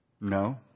No